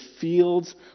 fields